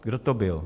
Kdo to byl?